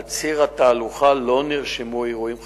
על ציר התהלוכה לא נרשמו אירועים חריגים.